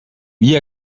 wie